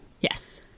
yes